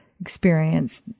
experience